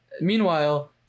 Meanwhile